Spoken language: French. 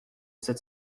sept